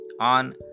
on